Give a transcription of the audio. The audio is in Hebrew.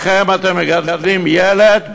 לכם, אתם מגדלים ילד וכלב,